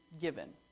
given